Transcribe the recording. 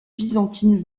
byzantines